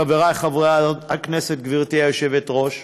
חברי חברי הכנסת, גברתי היושבת-ראש,